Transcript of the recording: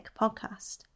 podcast